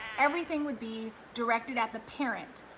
everything would be directed at the parent,